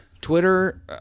Twitter